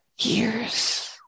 years